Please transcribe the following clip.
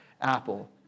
apple